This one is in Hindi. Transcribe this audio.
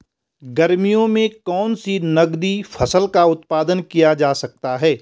गर्मियों में कौन सी नगदी फसल का उत्पादन किया जा सकता है?